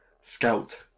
Scout